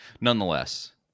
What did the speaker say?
nonetheless